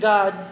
God